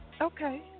Okay